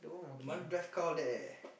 the mother drive car all that leh